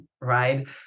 right